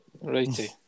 Righty